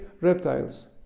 reptiles